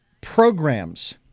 programs